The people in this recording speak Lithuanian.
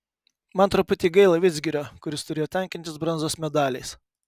man truputį gaila vidzgirio kuris turėjo tenkintis bronzos medaliais